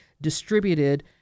distributed